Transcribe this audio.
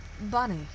Bunny